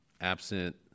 absent